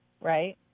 right